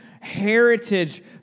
heritage